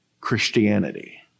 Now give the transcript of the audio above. Christianity